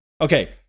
Okay